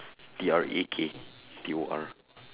T R A K T O R